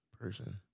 person